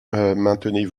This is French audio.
maintenez